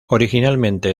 originalmente